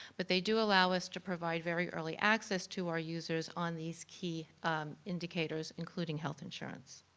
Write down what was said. but they do allow us to provide very early access to our users on these key indicators including health insurance.